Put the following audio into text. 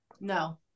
No